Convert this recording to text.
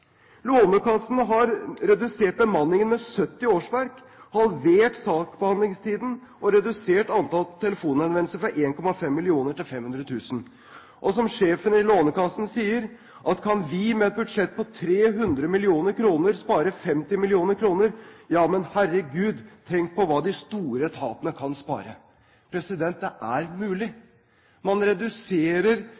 Lånekassen har redusert bemanningen med 70 årsverk, halvert saksbehandlingstiden og redusert antall telefonhenvendelser fra 1,5 millioner til 500 000. Som sjefen i Lånekassen sier: «Kan vi, med et budsjett på 300 millioner kroner, spare 50 millioner kroner, ja men herregud, tenk på hva de store etatene kan spare.» Det er mulig.